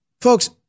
Folks